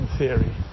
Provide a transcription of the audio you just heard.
theory